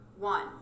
One